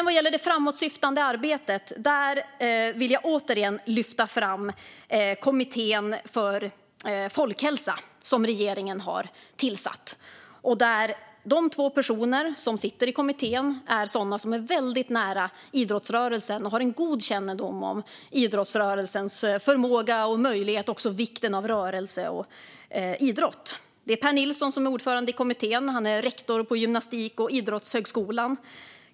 Vad gäller det framåtsyftande arbetet vill jag återigen lyfta fram kommittén för främjande av ökad fysisk aktivitet, som regeringen har tillsatt. De två personer som sitter i kommittén är väldigt nära idrottsrörelsen och har god kännedom om idrottsrörelsens förmåga och möjligheter och också om vikten av rörelse och idrott. Per Nilsson är ordförande i kommittén. Han är rektor på Gymnastik och idrottshögskolan.